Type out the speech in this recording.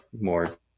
more